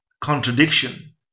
contradiction